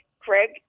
Craig